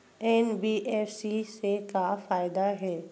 NBFC से का फ़ायदा हे?